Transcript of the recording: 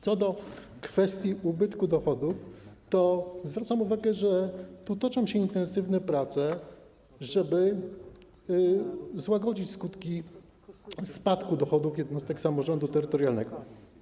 Co do kwestii ubytku dochodów to zwracam uwagę, że toczą się intensywne prace, żeby złagodzić skutki spadku dochodów jednostek samorządu terytorialnego.